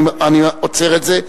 אני עוצר את זה.